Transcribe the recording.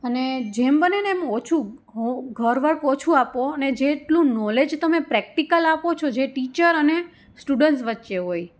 અને જેમ બનેને એમ ઓછું ઘર વર્ક ઓછું આપો અને જેટલું નોલેજ તમે પ્રેક્ટિકલ આપો છો જે ટીચર અને સ્ટુડન્ટ્સ વચ્ચે હોય